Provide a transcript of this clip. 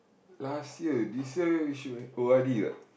last year this year you should O_R_D what